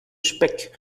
speck